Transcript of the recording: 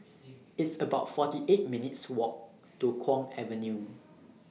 It's about forty eight minutes' Walk to Kwong Avenue